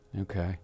Okay